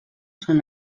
són